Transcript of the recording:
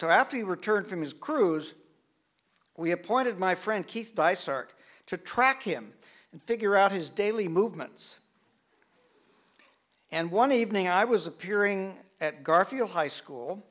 after he returned from his cruise we appointed my friend keith by start to track him and figure out his daily movements and one evening i was appearing at garfield high school